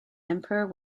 emperor